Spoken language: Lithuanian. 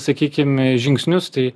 sakykim žingsnius tai